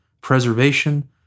preservation